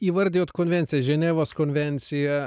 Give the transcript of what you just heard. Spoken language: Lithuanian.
įvardijot konvencijas ženevos konvencija